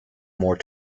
more